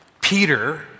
Peter